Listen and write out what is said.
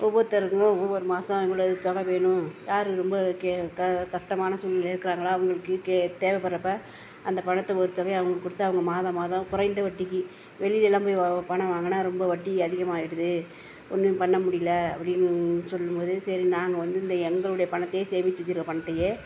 ஒவ்வொருத்தருக்குமே ஒவ்வொரு மாதம் இவ்வளோ இது தொகை வேணும் யார் ரொம்ப கே க கஷ்டமான சூழ்நிலையில் இருக்கிறாங்களோ அவங்களுக்கு கே தேவைப்பட்றப்ப அந்த பணத்தை ஒரு தொகையை அவர்களுக்கு கொடுத்து அவங்க மாதம் மாதம் குறைந்த வட்டிக்கு வெளியில் எல்லாம் போய் வா வா பணம் வாங்கினா ரொம்ப வட்டி அதிகமாகிடுது ஒன்றும் பண்ண முடியல அப்படின் சொல்லும் போது சரி நாங்கள் வந்து இந்த எங்களுடைய பணத்தை சேமிச்சு வெச்சுருக்க பணத்தையே